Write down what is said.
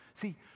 See